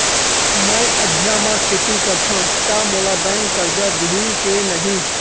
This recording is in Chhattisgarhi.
मैं अधिया म खेती करथंव त मोला बैंक करजा दिही के नही?